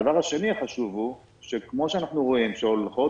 הדבר השני החשוב הוא שכפי שאנחנו רואים שהולכות